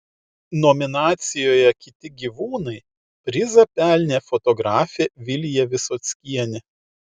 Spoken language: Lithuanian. nominacijoje kiti gyvūnai prizą pelnė fotografė vilija visockienė